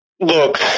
look